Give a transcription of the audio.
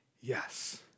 yes